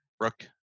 Brooke